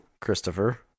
Christopher